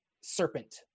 serpent